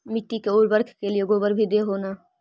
मिट्टी के उर्बरक के लिये गोबर भी दे हो न?